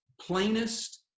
plainest